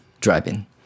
Driving